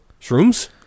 Shrooms